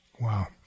Wow